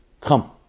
come